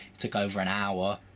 took over an hour.